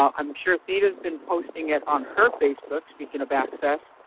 um i'm sure theda's been posting it on her facebook, speaking of access.